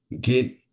Get